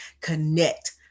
connect